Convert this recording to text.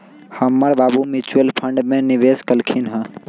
हमर बाबू mutual fund में निवेश कलखिंन्ह ह